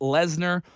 Lesnar